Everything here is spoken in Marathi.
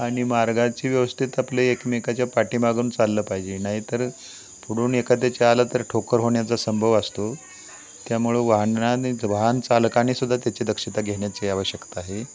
आणि मार्गाची व्यवस्थेत आपले एकमेकाच्या पाठीमागून चाललं पाहिजे नाही तर पुढून एखाद्याच्या आलं तर ठोकर होण्याचा संभव असतो त्यामुळं वाहनाने वाहन चालकाने सुद्धा त्याची दक्षता घेण्याची आवश्यकता आहे